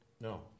No